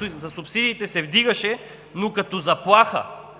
за субсидиите се вдигаше, но като заплаха.